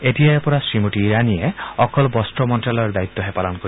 এতিয়াৰে পৰা শ্ৰীমতী ইৰাণীয়ে অকল বস্ত্ৰ মন্ত্যালয়ৰ দায়িত্বহে পালন কৰিব